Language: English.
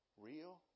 real